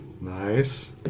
Nice